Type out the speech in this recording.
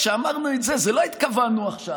כשאמרנו את זה לא התכוונו עכשיו,